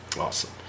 Awesome